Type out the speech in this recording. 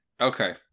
Okay